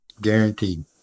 Guaranteed